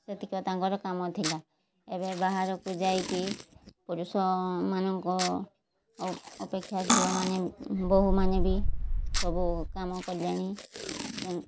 ସେତିକ ତାଙ୍କର କାମ ଥିଲା ଏବେ ବାହାରକୁ ଯାଇକି ପୁରୁଷମାନଙ୍କ ଅପେକ୍ଷା ଝିଅମାନେ ବୋହୁମାନେ ବି ସବୁ କାମ କଲେଣି